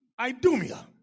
Idumia